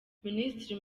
minisitiri